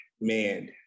man